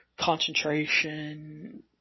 concentration